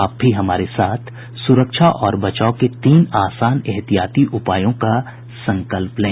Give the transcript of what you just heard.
आप भी हमारे साथ सुरक्षा और बचाव के तीन आसान एहतियाती उपायों का संकल्प लें